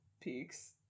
peaks